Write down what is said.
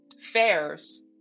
fairs